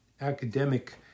academic